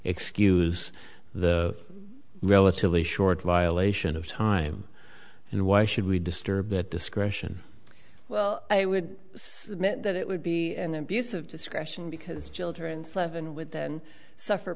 excuse the relatively short violation of time and why should we disturb that discretion well i would submit that it would be an abuse of discretion because children slevin with then suffer